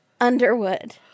Underwood